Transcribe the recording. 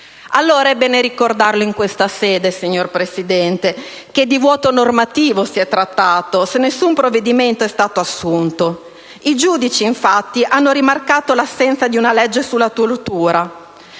Allora è bene ricordare in questa sede, signor Presidente, che di vuoto normativo si è trattato se nessun provvedimento è stato assunto. I giudici, infatti, hanno rimarcato l'assenza di una legge sulla tortura.